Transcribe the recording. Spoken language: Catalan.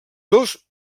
dos